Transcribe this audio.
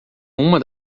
uma